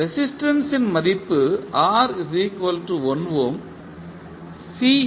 resistance ன் மதிப்பு R 1Ω C 0